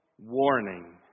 warning